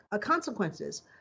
consequences